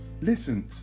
listen